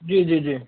जी जी जी